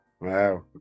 Wow